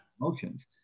emotions